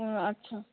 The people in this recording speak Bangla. ও আচ্ছা